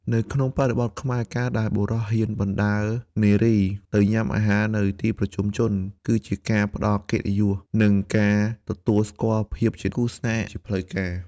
នៅក្នុងបរិបទខ្មែរ ការដែលបុរសហ៊ានបណ្ដើរនារីទៅញ៉ាំអាហារនៅទីប្រជុំជន គឺជាការផ្ដល់កិត្តិយស និងការទទួលស្គាល់ភាពជាគូស្នេហ៍ជាផ្លូវការ។